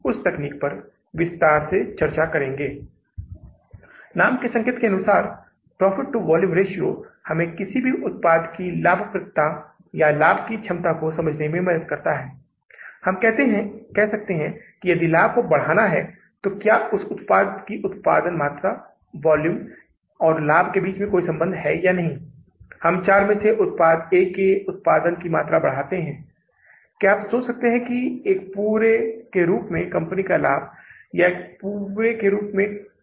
इसलिए वित्तपोषण की व्यवस्था हम जो करने जा रहे हैं वह वित्तपोषण व्यवस्था जो हम यहां करने जा रहे हैं जो कि कुछ इस प्रकार से है उदाहरण के लिए हमें अब नकदी की उधारी के लिए जाना था इसलिए बैंक से नकदी उधार लेना महीने की शुरुआत में बैंक से महीने की शुरुआत में और वह महीना कौन सा है महीने की शुरुआत का मतलब होता है महीने की शुरुआत में नकदी का उधार लेना और वह उधार हम कितना ले रहे हैं